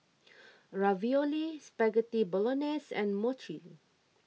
Ravioli Spaghetti Bolognese and Mochi